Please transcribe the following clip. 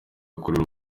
akorera